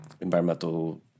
environmental